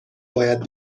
باید